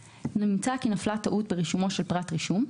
(ה)נמצא כי נפלה טעות ברישומו של פרט רישום,